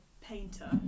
painter